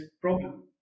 problem